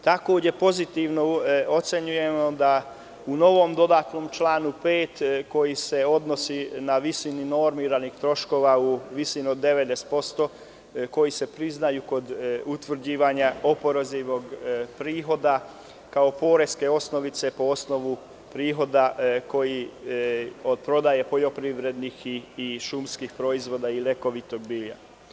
Takođe, pozitivno ocenjujemo da u novom dodatnom članu 5, koji se odnosi na visinu normiranih troškova u visini od 90%, koji se priznaju kod utvrđivanja oporezivnog prihoda kao poreske osnovice po osnovu prihoda od prodaje poljoprivrednih i šumskih proizvoda i lekovitog bilja.